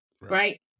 right